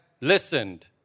listened